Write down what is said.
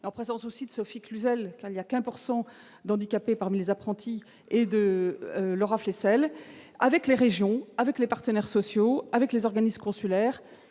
en présence aussi de Sophie Cluzel il y a qu'un pourcent d'handicapés parmi les apprentis et de leur rappeler celles avec les régions avec les partenaires sociaux avec les organismes consulaires,